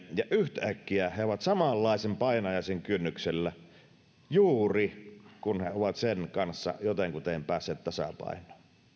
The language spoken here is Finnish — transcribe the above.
ja yhtäkkiä he ovat samanlaisen painajaisen kynnyksellä juuri kun he ovat sen kanssa jotenkuten päässeet tasapainoon